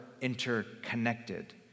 interconnected